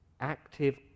active